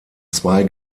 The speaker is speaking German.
zwei